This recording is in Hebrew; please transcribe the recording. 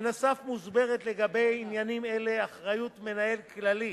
בנוסף, מוסדרת לגבי עניינים אלה אחריות מנהל כללי